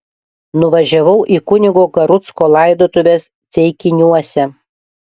nuvažiavau į kunigo garucko laidotuves ceikiniuose